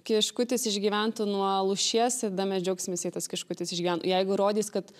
kiškutis išgyventų nuo lūšies ir tada mes džiaugsimės jei tas kiškutis išgyveno jeigu rodys kad